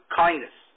kindness